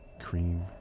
Cream